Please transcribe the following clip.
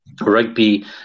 rugby